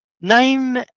Name